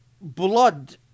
blood